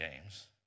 games